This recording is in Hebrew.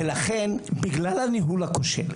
ולכן בגלל הניהול הכושל,